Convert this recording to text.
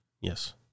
Yes